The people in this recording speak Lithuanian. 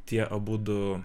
tie abudu